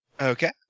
Okay